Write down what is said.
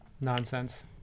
nonsense